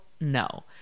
no